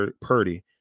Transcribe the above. Purdy